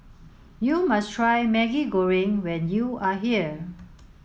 you must try Maggi Goreng when you are here